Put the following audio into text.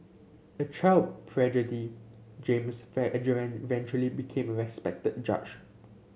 a child James eventually became a respected judge